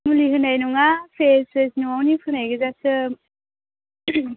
मुलि होनाय नङा फ्रेश फ्रेश न'आवनि फोनाय गोजासो